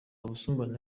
busumbane